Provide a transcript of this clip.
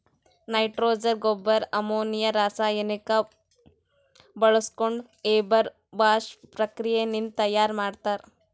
nitrogen ಗೊಬ್ಬರ್ ammonia ರಾಸಾಯನಿಕ್ ಬಾಳ್ಸ್ಕೊಂಡ್ ಹೇಬರ್ ಬಾಷ್ ಪ್ರಕ್ರಿಯೆ ನಿಂದ್ ತಯಾರ್ ಮಾಡ್ತರ್